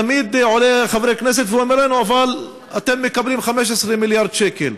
תמיד עולה חבר כנסת ואומר לנו: אבל אתם מקבלים 15 מיליארד שקל.